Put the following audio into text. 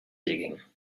digging